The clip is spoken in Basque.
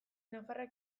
nafarrak